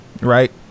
Right